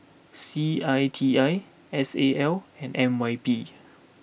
C I T I S A L and N Y P